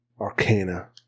arcana